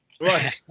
Right